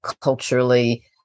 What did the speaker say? culturally